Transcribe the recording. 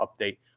update